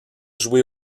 joué